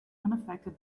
unaffected